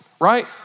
right